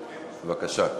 בבקשה.